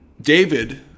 David